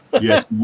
Yes